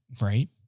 right